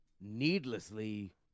needlessly